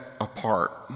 apart